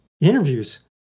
interviews